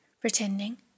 pretending